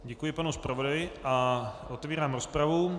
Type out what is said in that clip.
Děkuji panu zpravodaji a otevírám rozpravu.